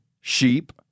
sheep